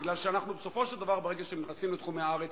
מפני שבסופו של דבר, ברגע שהם נכנסים לתחומי הארץ,